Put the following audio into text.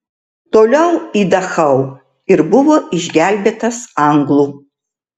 toliau į dachau ir buvo išgelbėtas anglų